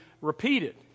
repeated